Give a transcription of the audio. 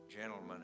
gentlemen